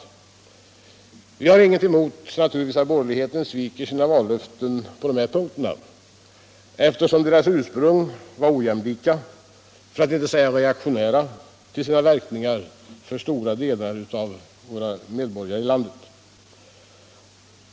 Vi har naturligtvis inget emot att de borgerliga partierna sviker sina Allmänpolitisk debatt Allmänpolitisk debatt vallöften på dessa punkter, eftersom deras ursprungliga förslag var ojämlika, för att inte säga reaktionära, till sina verkningar för det stora flertalet medborgare i landet.